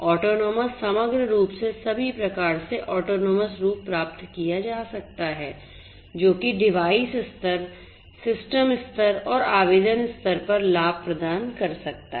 autonomous समग्र रूप से सभी प्रकार से ऑटोनोमस रूप प्राप्त किआ जा सकता है जो कि डिवाइस स्तर सिस्टम स्तर और आवेदन स्तर पर लाभ प्रदान कर सकता है